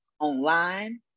online